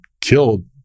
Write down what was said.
killed